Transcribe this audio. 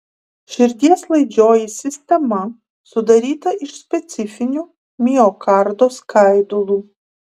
širdies laidžioji sistema sudaryta iš specifinių miokardo skaidulų